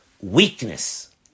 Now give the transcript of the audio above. weakness